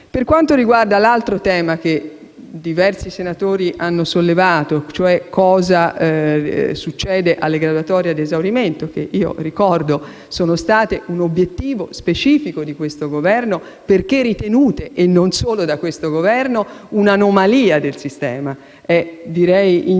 Per quanto riguarda l'altro tema, che diversi senatori hanno sollevato, e cioè cosa succede alle graduatorie ad esaurimento, ricordo che sono state un obiettivo specifico di questo Governo perché ritenute, e non solo da questo Governo, un'anomalia del sistema. È insito